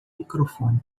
microfone